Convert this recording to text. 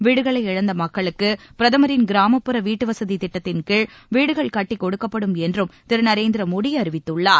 வீடுகளை இழந்த மக்களுக்கு பிரதமரின் கிராமப்புற வீட்டு வசதித் திட்டத்தின் கீழ் வீடுகள் கட்டிக் கொடுக்கப்படும் என்றும் திரு நரேந்திர மோடி அறிவித்துள்ளார்